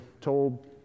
told